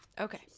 Okay